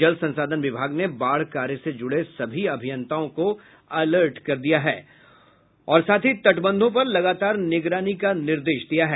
जल संसाधन विभाग ने बाढ़ कार्य से जुड़े सभी अभियंताओं को अलर्ट कर दिया है और साथ ही तटबंधों पर लगातार निगरानी का निर्देश दिया है